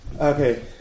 okay